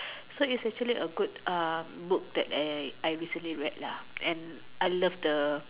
so it's actually a good uh book that I I recently read lah and I love the